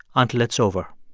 until it's over